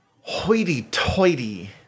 hoity-toity